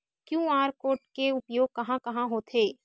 QR code के उपयोग कहां कहां होथे?